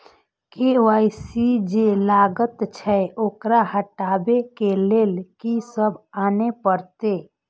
KYC जे लागल छै ओकरा हटाबै के लैल की सब आने परतै?